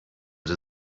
sie